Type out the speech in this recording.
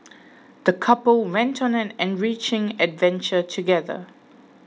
the couple went on an enriching adventure together